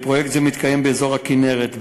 פרויקט זה מתקיים באזור הכינרת,